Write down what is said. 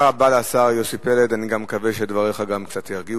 אני מצטער,